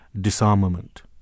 disarmament